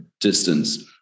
distance